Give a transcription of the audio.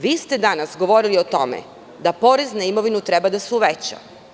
Vi ste danas govorili o tome da porez na imovinu treba da se uveća.